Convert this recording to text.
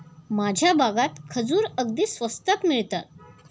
माझ्या भागात खजूर अगदी स्वस्तात मिळतात